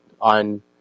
on